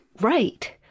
Right